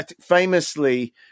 famously